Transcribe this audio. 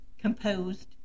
composed